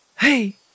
Hey